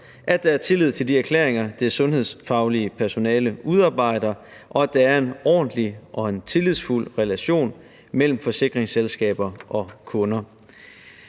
at der tillid til de erklæringer, det sundhedsfaglige personale udarbejder, og at der er en ordentlig og en tillidsfuld relation mellem forsikringsselskaber og kunder.